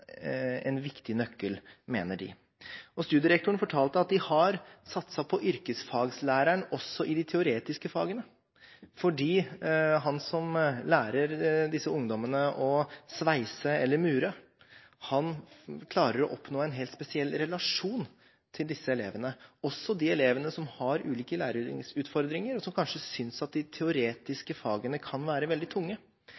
viktig nøkkel, mener de. Studierektoren fortalte at de har satset på yrkesfaglæreren også i de teoretiske fagene, fordi han som lærer disse ungdommene å sveise eller å mure, klarer å oppnå en helt spesiell relasjon til disse elevene, også til de elevene som har ulike læringsutfordringer, og som kanskje synes at de teoretiske fagene kan være veldig tunge.